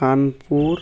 Kanpur